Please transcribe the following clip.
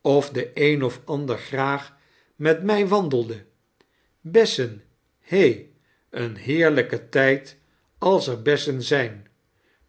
of de een of ander graag met mij wandelde bessen he een heerlijke tijd als er bessen zijn